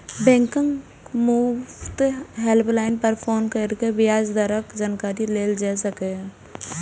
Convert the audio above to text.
बैंकक मुफ्त हेल्पलाइन पर फोन कैर के ब्याज दरक जानकारी लेल जा सकैए